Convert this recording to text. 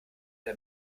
der